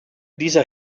dieser